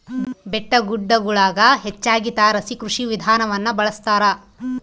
ಬೆಟ್ಟಗುಡ್ಡಗುಳಗ ಹೆಚ್ಚಾಗಿ ತಾರಸಿ ಕೃಷಿ ವಿಧಾನವನ್ನ ಬಳಸತಾರ